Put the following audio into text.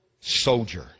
soldier